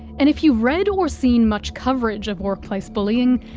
and if you've read or seen much coverage of workplace bullying,